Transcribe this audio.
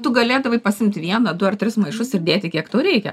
tu galėdavai pasiimt vieną du ar tris maišus ir dėti kiek tau reikia